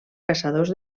caçadors